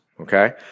Okay